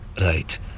right